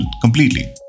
completely